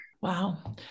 Wow